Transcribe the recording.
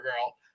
girl